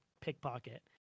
pickpocket